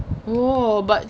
oh but